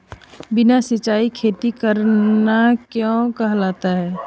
बिना सिंचाई खेती करना क्या कहलाता है?